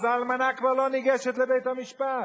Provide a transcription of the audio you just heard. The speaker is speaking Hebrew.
אז האלמנה כבר לא ניגשת לבית-המשפט,